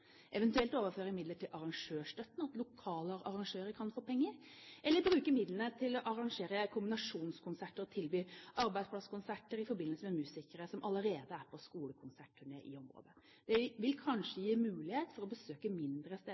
eventuelt overføre midler til arrangørstøtten, at lokale arrangører kan få penger, eller bruke midlene til å arrangere kombinasjonskonserter – tilby arbeidsplasskonserter i forbindelse med musikere som allerede er på skolekonsertturné i området. Det vil kanskje gi mulighet til å besøke mindre steder